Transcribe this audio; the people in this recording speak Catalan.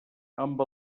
amb